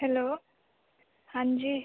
hello हाँ जी